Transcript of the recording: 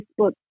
Facebook